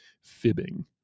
fibbing